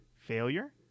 failure